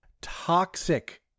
toxic